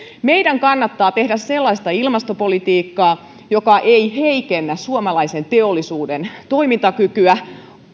meidän kannattaa tehdä sellaista ilmastopolitiikkaa joka ei heikennä suomalaisen teollisuuden toimintakykyä